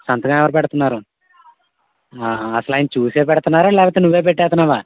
సంతకం ఎవరు పెడుతున్నారు అసలు ఆయన చూసే పెడుతున్నారా లేకపోతె నువ్వే పెట్టేస్తున్నావా